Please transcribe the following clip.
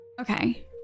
Okay